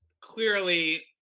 clearly